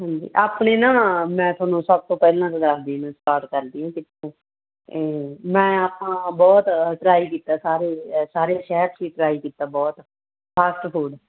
ਹਾਂਜੀ ਆਪਣੇ ਨਾ ਮੈਂ ਤੁਹਾਨੂੰ ਸਭ ਤੋਂ ਪਹਿਲਾਂ ਦੱਸਦੀ ਮੈਂ ਸਟਾਰਟ ਕਰਦੀ ਕਿੱਥੇ ਮੈਂ ਆਪਾਂ ਬਹੁਤ ਟਰਾਈ ਕੀਤਾ ਸਾਰੇ ਅ ਸਾਰੇ ਸ਼ਹਿਰ 'ਚ ਟਰਾਈ ਕੀਤਾ ਬਹੁਤ ਫਾਸਟ ਫੂਡ